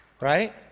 Right